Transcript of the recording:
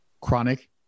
chronic